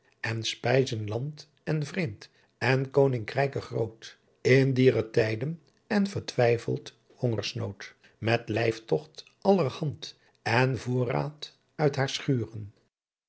en spyzen land en vreemdt en koninkryken groot in diere tyden en vertwyfeld hongersnoodt met lijftocht allerhand en voorraadt uit haar schuuren